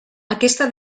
aquesta